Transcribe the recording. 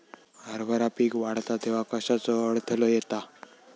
हरभरा पीक वाढता तेव्हा कश्याचो अडथलो येता?